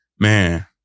Man